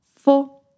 four